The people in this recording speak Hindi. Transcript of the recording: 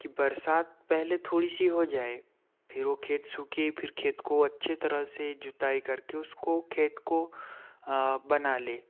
कि बरसात पहले थोड़ी सी हो जाए फिर वो खेत सूखे फिर खेत को अच्छी तरह से जुताई करके उसको खेत को बना लें